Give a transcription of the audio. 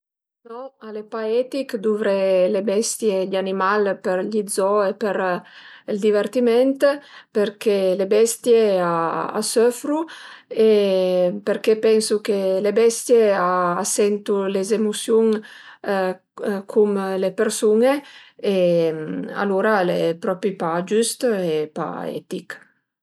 No al e pa etiché duvré le bestie e gl'animal për gli zoo e për ël divertiment përché le bestie a söfru e përché pensu che le bestie a sentu le emusiun cum le persun-e e alura al e propi pa giüst e pa etich